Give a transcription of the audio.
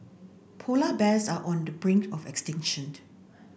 polar bears are on the brink of